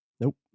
Nope